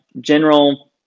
general